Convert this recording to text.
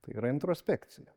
tai yra introspekcija